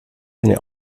eine